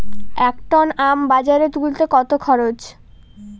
এক টন আম বাজারে তুলতে কত খরচ?